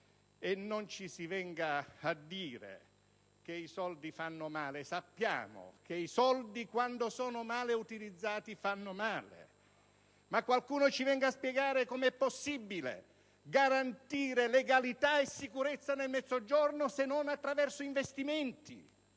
non ci si venga a dire che i soldi fanno male. Sappiamo che i soldi quando sono male utilizzati fanno male, ma qualcuno ci venga a spiegare com'è possibile garantire legalità e sicurezza nel Mezzogiorno se non attraverso investimenti